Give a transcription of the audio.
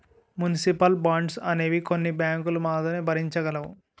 municipal bonds అనేవి కొన్ని బ్యాంకులు మాత్రమే భరించగలవు